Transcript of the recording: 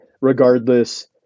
regardless